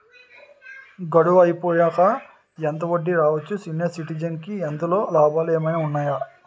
గడువు అయిపోయాక ఎంత వడ్డీ రావచ్చు? సీనియర్ సిటిజెన్ కి ఇందులో లాభాలు ఏమైనా ఉన్నాయా?